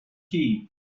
tea